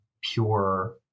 pure